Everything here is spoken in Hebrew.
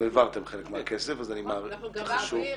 העברתם חלק מהכסף אז אני מעריך -- אנחנו גם נעביר